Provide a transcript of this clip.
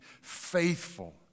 faithful